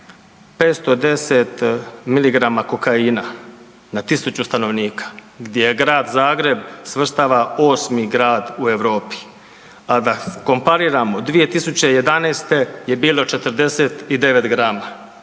510 miligrama kokaina na tisuću stanovnika, gdje se Grad Zagreb svrstava 8. grad u Europi, a da kompariramo 2011. je bilo 49 grama,